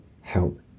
help